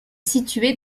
située